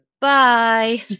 Bye